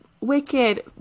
wicked